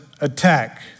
attack